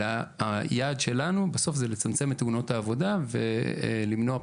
אלא היעד שלנו הוא בסוף לצמצם את תאונות העבודה ולמנוע פגיעות,